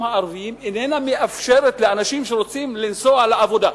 הערביים איננה מאפשרת לאנשים לנסוע לעבודה.